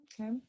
Okay